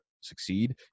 succeed